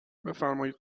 بفرمایید